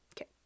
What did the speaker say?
Okay